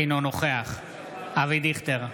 אינו נוכח אבי דיכטר,